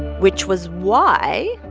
which was why,